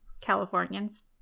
Californians